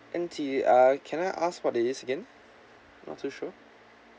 and the uh can I ask for this again not too sure